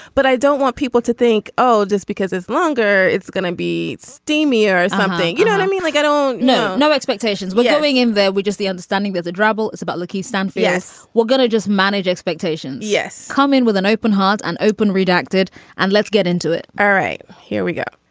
but i don't want people to think oh just because it's longer it's going to be steamy or something. you know i mean like i don't know no expectations were going in there we just the understanding that the trouble is about looking stunned. yes. we're gonna just manage expectations. yes. come in with an open heart and open redacted and let's get into it all right. here we go.